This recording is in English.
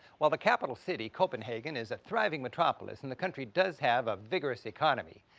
while the capital city, copenhagen, is a thriving metropolis and the country does have a vigorous economy,